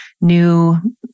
new